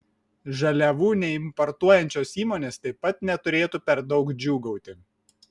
žaliavų neimportuojančios įmonės taip pat neturėtų per daug džiūgauti